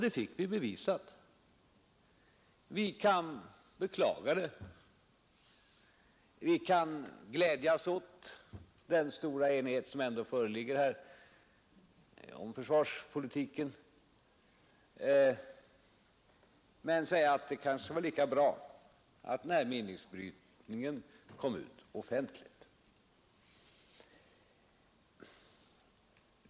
Detta fick vi bevisat. Det är beklagligt, men vi kan glädja oss åt den stora enighet som ändå föreligger om försvarspolitiken. Det kanske var lika bra att denna meningsbrytning kom till offentligheten.